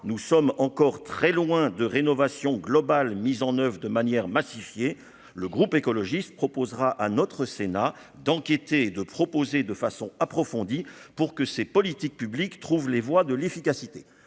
nous sommes encore très loin de rénovation globale mise en oeuvre de manière massifier le groupe écologiste proposera à notre Sénat d'enquêter et de proposer de façon approfondie pour que ces politiques publiques trouve les voix de l'efficacité